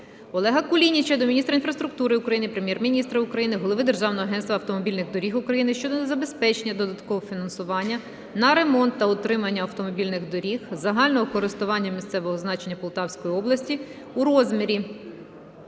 Олега Кулініча до міністра інфраструктури України, Прем'єр-міністра України, голови Державного агентства автомобільних доріг України щодо забезпечення додатково фінансування на ремонт та утримання автомобільних доріг загального користування місцевого значення Полтавської області у розмірі